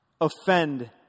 Offend